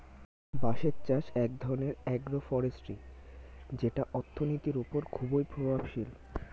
বাঁশের চাষ এক ধরনের আগ্রো ফরেষ্ট্রী যেটা অর্থনীতির ওপর খুবই প্রভাবশালী